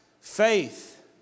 faith